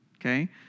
okay